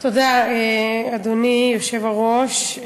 אדוני היושב-ראש,